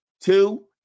two